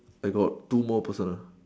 I got two more personal